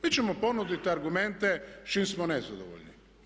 Mi ćemo ponuditi argumente s čime smo nezadovoljni.